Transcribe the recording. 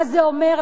מה זה אומר,